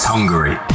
Hungary